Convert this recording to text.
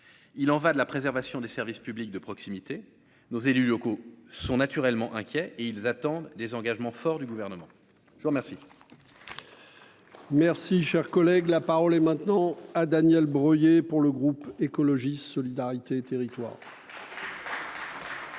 il en va de la préservation des services publics de proximité, nos élus locaux sont naturellement inquiets et ils attendent des engagements forts du gouvernement, je vous remercie. Merci, cher collègue, la parole est maintenant à Daniel Breuiller pour le groupe écologiste solidarité territoire